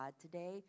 today